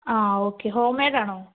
ആ okay homemade ആണോ